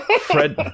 Fred